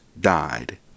died